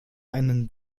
einen